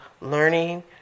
learning